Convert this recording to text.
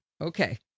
Okay